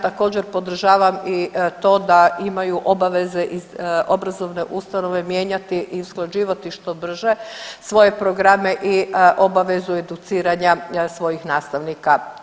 Također podržavam i to da imaju obaveze i obrazovne ustanove mijenjati i usklađivati što brže svoje programe i obavezu educiranja svojih nastavnika.